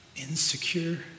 insecure